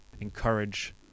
encourage